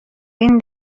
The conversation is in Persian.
این